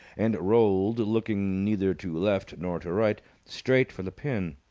and rolled, looking neither to left nor to right, straight for the pin.